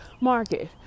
market